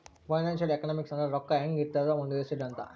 financial economics ಅಂದ್ರ ರೊಕ್ಕ ಹೆಂಗ ಇರ್ತದ ಒಂದ್ ದೇಶದಲ್ಲಿ ಅಂತ